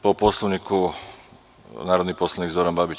Po Poslovniku, narodni poslanik Zoran Babić.